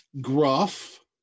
Gruff